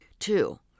Two